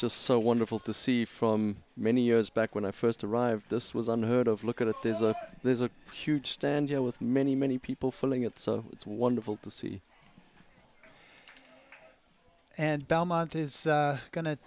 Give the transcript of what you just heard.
just so wonderful to see from many years back when i first arrived this was unheard of look at it there's a there's a huge stand you know with many many people feeling it so it's wonderful to see and belmont is go